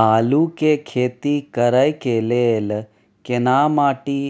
आलू के खेती करय के लेल केना माटी